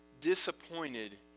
disappointed